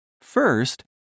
First